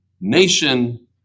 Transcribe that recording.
nation